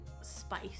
spice